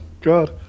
God